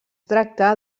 tracta